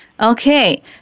okay